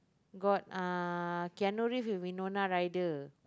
got uh Keanu-Reave with Winona-Rider